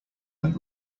than